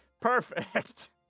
Perfect